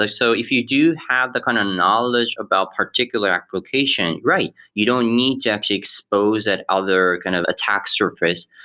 like so, if you do have the kind of knowledge about particular application, right. you don't need to actually expose at other kind of attack surface,